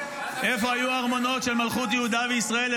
--- איפה היו הארמונות של מלכות יהודה וישראל,